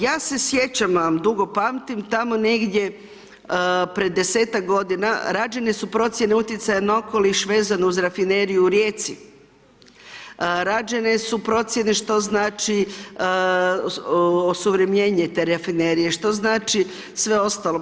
Ja se sjećam, dugo pamtim, tamo negdje, pred 10-tak godina, rađene su procjene utjecaja na okoliš, vezano uz rafineriju u Rijeci, rađene su procjene što znači, osuvremenjene te rafinerije, što znači sve ostalo.